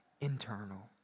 internal